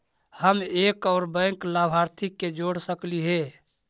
हम एक और बैंक लाभार्थी के जोड़ सकली हे?